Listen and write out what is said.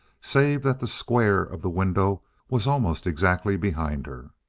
save that the square of the window was almost exactly behind her.